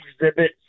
exhibit